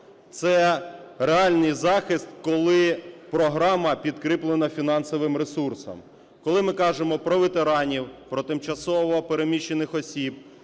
це реальний захист, коли програма підкріплена фінансовим ресурсом. Коли ми кажемо про ветеранів, про тимчасово переміщених осіб,